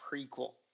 prequel